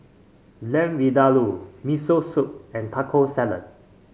Lamb Vindaloo Miso Soup and Taco Salad